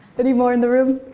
any more in the room?